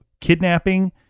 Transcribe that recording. kidnapping